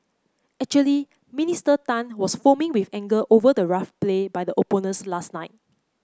actually Minister Tan was foaming with anger over the rough play by the opponents last night